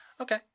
Okay